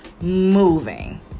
moving